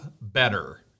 better